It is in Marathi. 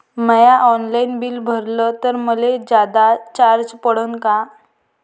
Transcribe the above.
म्या ऑनलाईन बिल भरलं तर मले जादा चार्ज पडन का?